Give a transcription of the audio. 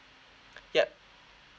ya